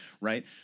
Right